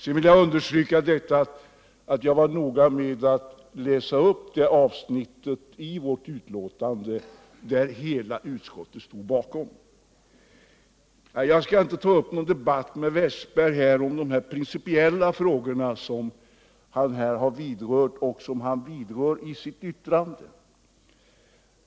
Jag vill understryka att jag var noga med att läsa upp det avsnitt i vårt betänkande som hela utskottet stod bakom. Jag skall inte ta upp någon debatt med Olle Wästberg om de principiella frågor som han vidrör i sitt yttrande.